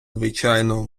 звичайно